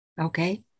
Okay